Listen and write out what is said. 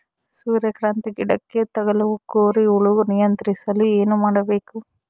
ಸೂರ್ಯಕಾಂತಿ ಗಿಡಕ್ಕೆ ತಗುಲುವ ಕೋರಿ ಹುಳು ನಿಯಂತ್ರಿಸಲು ಏನು ಮಾಡಬೇಕು?